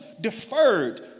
deferred